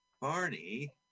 Barney